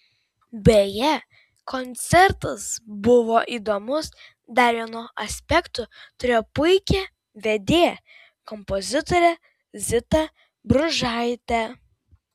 beje koncertas buvo įdomus dar vienu aspektu turėjo puikią vedėją kompozitorę zitą bružaitę